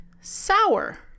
sour